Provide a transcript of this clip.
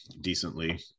decently